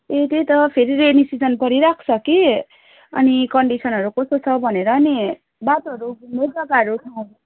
ए त्यही त फेरि रेनी सिजन परिरहेको छ कि अनि कन्डिसनहरू कस्तो छ भनेर नि बाटोहरू घुम्ने जग्गाहरू ठाउँ